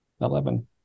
Eleven